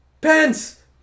Pence